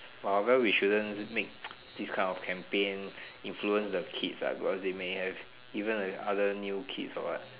well we shouldn't make this kind of campaign influence the kids ah cause they may have even other new kid or what